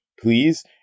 please